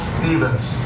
Stevens